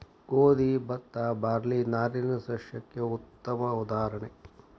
ಗೋದಿ ಬತ್ತಾ ಬಾರ್ಲಿ ನಾರಿನ ಸಸ್ಯಕ್ಕೆ ಉತ್ತಮ ಉದಾಹರಣೆ